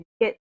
get